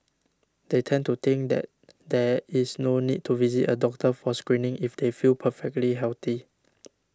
they tend to think that there is no need to visit a doctor for screening if they feel perfectly healthy